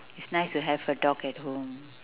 is nice to have a dog at home